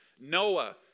Noah